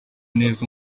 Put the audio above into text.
neza